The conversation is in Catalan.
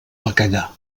bacallà